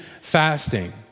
fasting